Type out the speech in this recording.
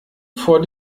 vor